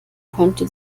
konnte